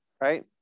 right